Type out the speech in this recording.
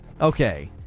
Okay